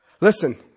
Listen